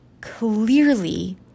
Clearly